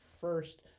first